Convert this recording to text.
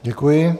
Děkuji.